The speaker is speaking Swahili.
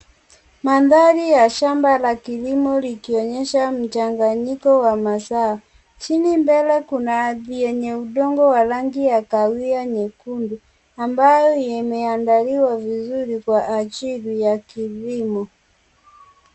Mandhari ya shamba la kilimo likionyesha mchanganyiko wa mazao, chini mbele kuna ardhi yenye udongo wa rangi ya kahawia nyekundu, ambayo imeandikwa vizuri kwa ajili ya kilimo.